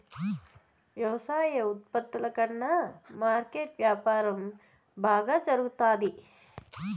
వ్యవసాయ ఉత్పత్తుల కన్నా మార్కెట్ వ్యాపారం బాగా జరుగుతాది